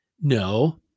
No